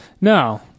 No